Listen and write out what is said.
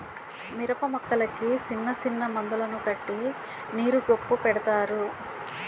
మిరపమొక్కలకి సిన్నసిన్న మందులను కట్టి నీరు గొప్పు పెడతారు